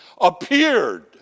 appeared